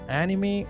anime